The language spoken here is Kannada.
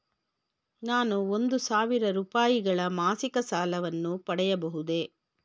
ನಾನು ಒಂದು ಸಾವಿರ ರೂಪಾಯಿಗಳ ಮಾಸಿಕ ಸಾಲವನ್ನು ಪಡೆಯಬಹುದೇ?